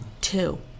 Two